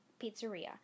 pizzeria